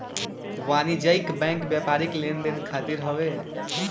वाणिज्यिक बैंक व्यापारिक लेन देन खातिर हवे